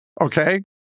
Okay